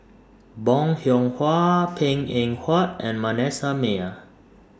Bong Hiong Hwa Png Eng Huat and Manasseh Meyer